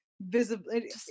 visibly